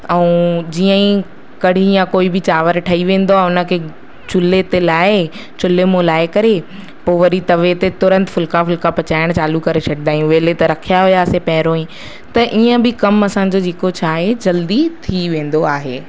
ऐं जीअं ई कढ़ी या कोई बी चांवर ठही वेंदो आहे उनखे चुल्हे ते लाहे चुल्हे मां लाहे करे पोइ वरी तवे ते तुरंत फ़ुल्का वुल्का पचाइण चालू करे छॾींदा आहियूं वेले त रखयां हुआसीं पहिरियों ई त ईअं बि कम असांजो जेको छा आहे जल्दी थी वेंदो आहे